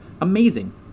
amazing